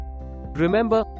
Remember